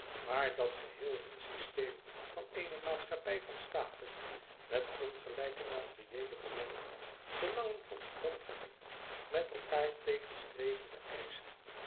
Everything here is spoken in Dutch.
maar dat geheel hun systeem van eene maatschappij van staten met ongelijke materiëele belangen belangen van grondgebied met elkaâr tegenstrevende eischen